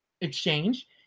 exchange